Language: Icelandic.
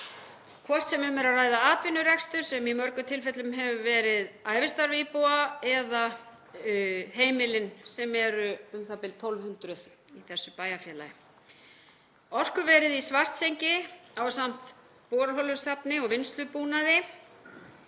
hvort sem um er að ræða atvinnurekstur sem í mörgum tilfellum hefur verið ævistarf íbúa eða heimili, sem eru u.þ.b. 1.200 í þessu bæjarfélagi. Orkuverið í Svartsengi ásamt borholusafni og vinnslubúnaði